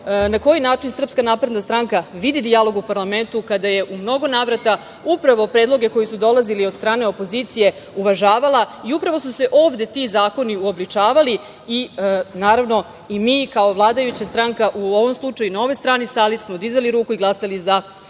na koji način SNS vidi dijalog u parlamentu, kada je u mnogo navrata upravo predloge koji su dolazili od strane opozicije uvažavala i upravo su se ovde ti zakoni uobličavali i mi kao vladajuća stranka u ovom slučaju i na ovoj strani sale smo dizali ruku i glasali za